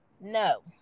No